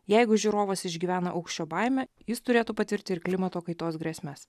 jeigu žiūrovas išgyvena aukščio baimę jis turėtų patirti ir klimato kaitos grėsmes